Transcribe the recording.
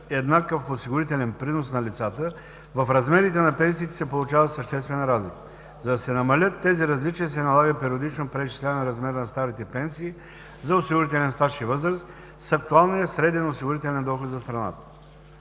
еднакъв осигурителен принос на лицата, в размерите на пенсиите се получава съществена разлика. За да се намалят тези различия, се налага периодично преизчисляване размера на старите пенсии за осигурителен стаж и възраст с актуалния среден осигурителен доход за страната.